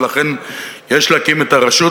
ולכן יש להקים את הרשות,